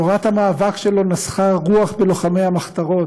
תורת המאבק שלו נסכה רוח בלוחמי המחתרות,